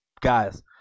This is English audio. guys